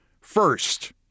First